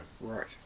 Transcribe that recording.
Right